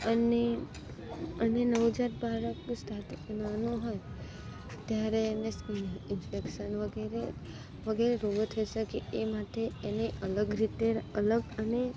અને અને નવજાત બાળક નાનો હોય ત્યારે એને ઈન્ફેકશન વગેરે વગેરે રોગો થઈ શકે એ માટે એને અલગ રીતે અલગ અને